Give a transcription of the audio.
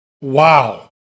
Wow